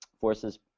forces –